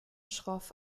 schroff